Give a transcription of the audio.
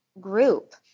group